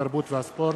התרבות והספורט.